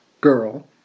girl